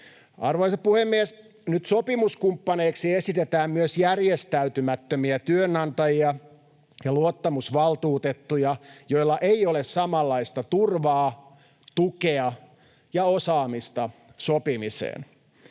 Arvoisa puhemies! Nyt sopimuskumppaneiksi esitetään myös järjestäytymättömiä työnantajia ja luottamusvaltuutettuja, joilla ei ole samanlaista turvaa, tukea ja osaamista sopimiseen.